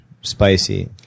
spicy